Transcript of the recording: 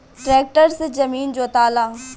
tractor से जमीन जोताला